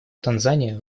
танзания